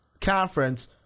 conference